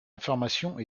information